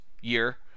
year